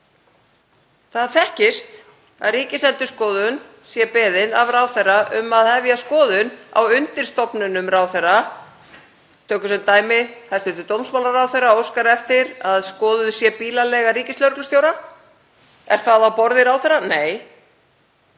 Það þekkist að Ríkisendurskoðun sé beðin af ráðherra um að hefja skoðun á undirstofnunum ráðherra. Tökum sem dæmi að hæstv. dómsmálaráðherra óskar eftir að skoðuð sé bílaleiga ríkislögreglustjóra. Er það á borði ráðherra? Nei.